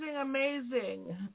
amazing